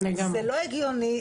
זה לא הגיוני,